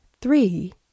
three